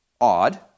odd